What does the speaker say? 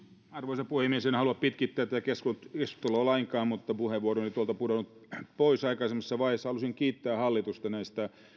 arvoisa puhemies en halua pitkittää tätä keskustelua lainkaan mutta puheenvuoroni oli tuolta pudonnut pois aikaisemmassa vaiheessa haluaisin kiittää hallitusta näistä